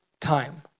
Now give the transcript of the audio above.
time